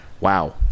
Wow